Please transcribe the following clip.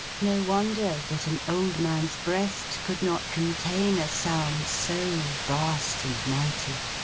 no wonder that an old man's breast could not contain a sound so vast and mighty.